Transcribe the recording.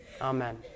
Amen